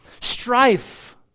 strife